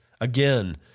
again